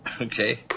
Okay